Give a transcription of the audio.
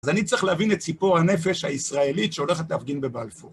אז אני צריך להבין את ציפור הנפש הישראלית שהולכת להפגין בבלפור.